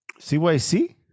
CYC